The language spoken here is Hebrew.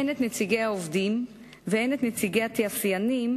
הן את נציגי העובדים והן את נציגי התעשיינים,